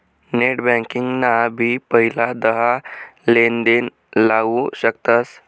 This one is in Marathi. नेट बँकिंग ना भी पहिला दहा लेनदेण लाऊ शकतस